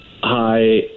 Hi